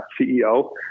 CEO